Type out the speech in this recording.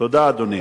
תודה, אדוני.